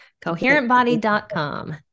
Coherentbody.com